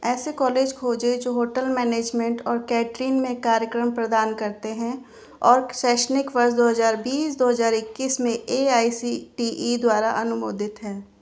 ऐसे कॉलेज खोजें जो होटल मैनेजमेंट और केटरिंग में कार्यक्रम प्रदान करते हैं और शैक्षणिक वर्ष दो हज़ार बीस दो हज़ार इक्कीस में A I C T E द्वारा अनुमोदित हैं